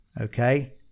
okay